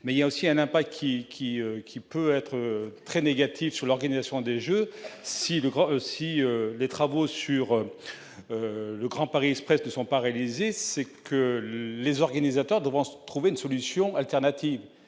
mais il y a aussi un impact qui qui qui peut être très négatif sur l'organisation des Jeux si le grand si les travaux sur le Grand Paris Express ne sont pas réalisés, c'est que les organisateurs de France. Trouver une solution alternative